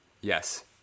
Yes